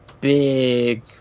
big